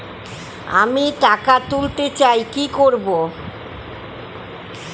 আমি টাকা তুলতে চাই কি করব?